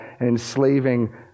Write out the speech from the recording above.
enslaving